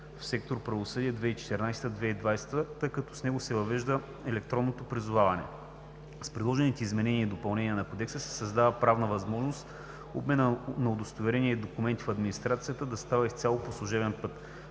в сектор „Правосъдие“ 2014 – 2020 г., като с него се въвежда електронното призоваване. С предложените изменения и допълнения на Кодекса се създава правна възможност обменът на удостоверенията и документите в администрацията да става изцяло по служебен път.